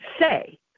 say